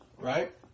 right